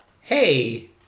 Hey